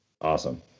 Awesome